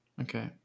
Okay